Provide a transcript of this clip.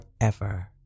forever